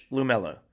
Lumello